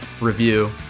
review